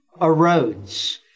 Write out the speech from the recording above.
erodes